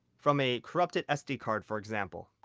from a corrupted sd-card for example.